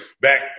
back